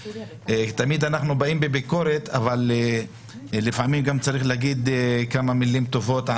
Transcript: תמיד אנחנו באים בביקורת אבל לפעמים גם צריך להגיד כמה מילים טובות,